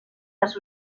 las